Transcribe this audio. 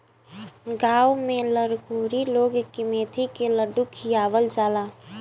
गांव में लरकोरी लोग के मेथी के लड्डू खियावल जाला